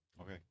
Okay